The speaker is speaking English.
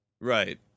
Right